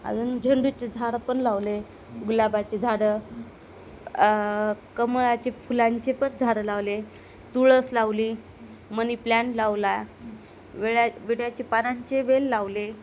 अजून झेंडूचे झाड पण लावले गुलाबाची झाडं कमळाच्या फुलांची पण झाडे लावले तुळस लावली मनी प्लांट लावला विड्याच्या पानांची वेल लावली